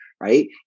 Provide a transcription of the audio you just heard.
right